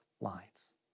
lines